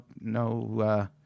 no